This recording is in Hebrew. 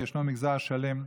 ישנו מגזר שלם,